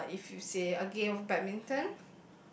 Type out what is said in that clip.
uh if you say a game of badminton